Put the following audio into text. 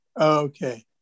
Okay